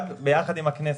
ביחד עם הכנסת.